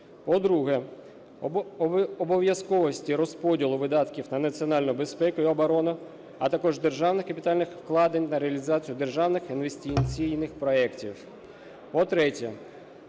По-друге, обов'язковості розподілу видатків на національну безпеку і оборону, а також державних капітальних вкладень на реалізацію державних інвестиційних проектів. По-третє,